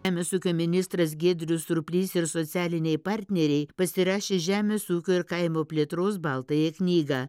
emės ūkio ministras giedrius siurplys ir socialiniai partneriai pasirašė žemės ūkio ir kaimo plėtros baltąją knygą